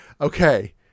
okay